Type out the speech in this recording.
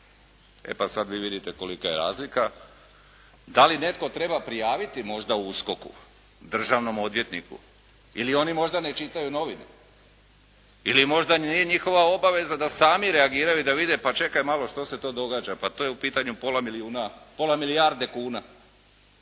E pa sada vi vidite kolika je razlika. Da li netko treba prijaviti možda u USKOK-u, državnom odvjetniku ili oni možda ne čitaju novine? Ili možda nije njihova obaveza da sami reagiraju i da vide, pa čekaj malo što se to događa, pa tu je u pitanju pola milijarde kuna.